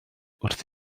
wrth